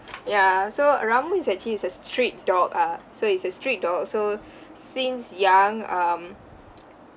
ya so uh ramu is actually is a street dog ah so it's a street dog so since young um